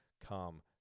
come